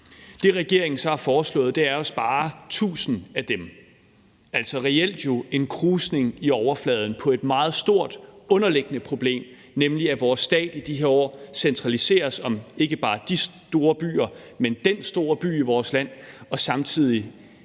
Det, regeringen så har foreslået, er at spare 1.000 væk af dem, altså jo reelt en krusning i overfladen på et meget stort underliggende problem, nemlig at vores stat i de her år centraliseres om ikke bare de store byer, men den store by i vores land, og at det